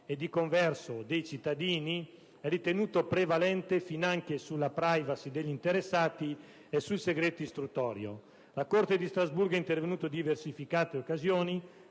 e, di converso, dei cittadini è ritenuto prevalente finanche sulla *privacy* degli interessati e sul segreto istruttorio. La Corte di Strasburgo è intervenuta in diverse occasioni.